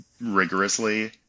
rigorously